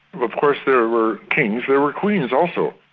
of of course there were kings, there were queens also.